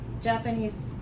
Japanese